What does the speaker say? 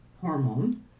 hormone